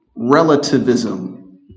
Relativism